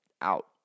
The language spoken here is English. out